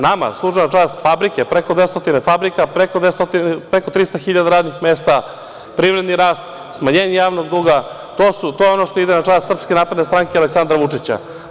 Nama služe na čast fabrike, preko 200 fabrika, preko 300.000 radnih mesta, privredni rast, smanjenje javnog duga, to je ono što ide na čast SNS i Aleksandra Vučića.